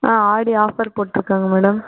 ஆ Aadi offer போட்டுருக்காங்க madam